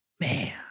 Man